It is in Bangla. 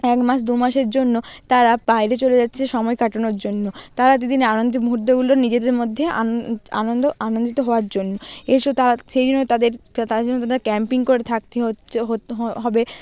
এক মাস দু মাসের জন্য তারা বাইরে চলে যাচ্ছে সময় কাটানোর জন্য তারা দু দিন আনন্দ মুহূর্তগুলো নিজেদের মধ্যেই আনন্দ আনন্দিত হওয়ার জন্য এসব তো সেই জন্য তাদের তার জন্য তাদের ক্যাম্পিং করে থাকতে হচ্ছে হবে